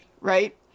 right